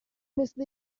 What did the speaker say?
مثل